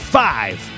five